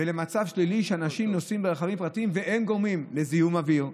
ומצב שלילי שאנשים נוסעים ברכבים פרטיים וגורמים לזיהום אוויר,